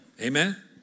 Amen